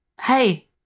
hey